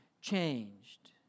changed